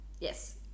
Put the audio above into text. Yes